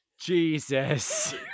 Jesus